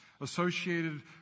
associated